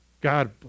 God